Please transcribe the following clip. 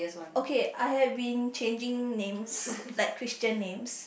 okay I have been changing names like christian names